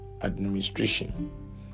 administration